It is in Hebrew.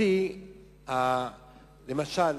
למשל,